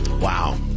Wow